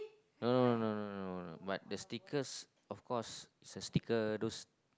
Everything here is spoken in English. no no no no no but the stickers of course is the sticker those